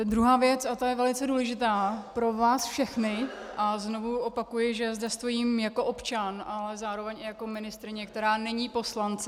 Druhá věc, a ta je velice důležitá pro vás všechny, a znovu opakuji, že zde stojím jako občan, ale zároveň jako ministryně, která není poslancem.